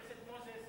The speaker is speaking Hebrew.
חבר הכנסת מוזס,